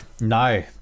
No